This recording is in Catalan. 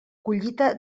collita